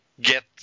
get